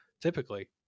typically